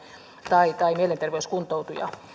tai tai mielenterveyskuntoutujaa